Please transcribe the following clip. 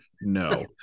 No